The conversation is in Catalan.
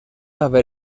haver